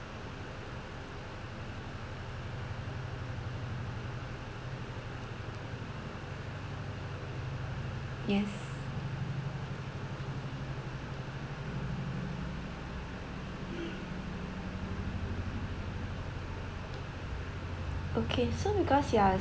okay so because you are